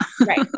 Right